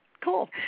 Cool